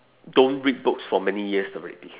don't read books for many years already